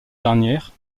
dernières